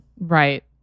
right